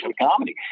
comedy